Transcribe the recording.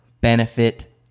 benefit